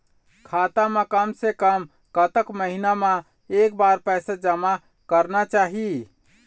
खाता मा कम से कम कतक महीना मा एक बार पैसा जमा करना चाही?